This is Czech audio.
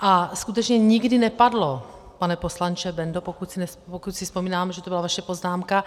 A skutečně nikdy nepadlo, pane poslanče Bendo, pokud si vzpomínám, že to byla vaše poznámka,